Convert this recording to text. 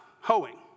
hoeing